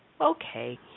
Okay